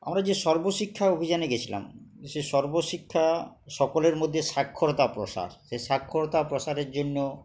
আমরা যে সর্বশিক্ষা অভিযানে গেছিলাম সেই সর্বশিক্ষা সকলের মধ্যে সাক্ষরতা প্রসার সেই সাক্ষরতা প্রসারের জন্য